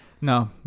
No